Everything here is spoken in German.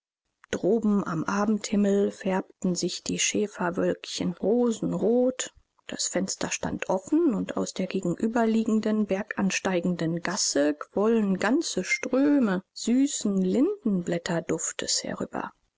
droben am abendhimmel färbten sich die schäferwölkchen rosenrot das fenster stand offen und aus der gegenüberliegenden bergansteigenden gasse quollen ganze ströme süßen lindenblütenduftes herüber